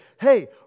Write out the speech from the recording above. hey